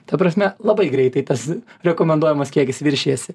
ta prasme labai greitai tas rekomenduojamas kiekis viršijasi